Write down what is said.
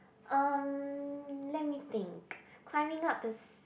um let me think climbing up the s~